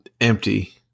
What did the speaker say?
empty